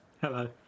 Hello